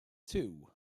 two